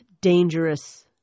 dangerous